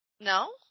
No